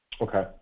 Okay